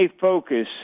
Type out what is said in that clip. focus